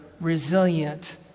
resilient